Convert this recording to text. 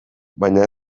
baina